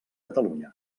catalunya